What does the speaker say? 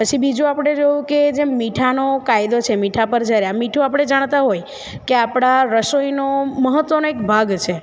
પછી બીજું આપણે જોયું કે જે મીઠાનો કાયદો છે મીઠા પર જ્યારે મીઠું આપણે જાણતા હોય કે જે આપણા રસોઈનો મહત્વનો એક ભાગ છે